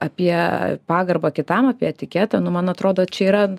apie pagarbą kitam apie etiketą nu man atrodo čia yra